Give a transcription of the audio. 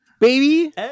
baby